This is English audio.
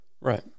Right